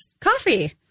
coffee